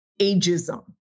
ageism